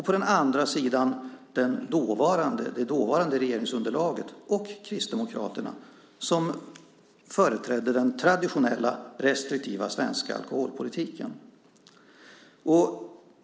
På den andra sidan stod det dåvarande regeringsunderlaget och Kristdemokraterna, som företrädde den traditionella, restriktiva svenska alkoholpolitiken.